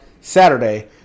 Saturday